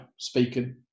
speaking